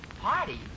Party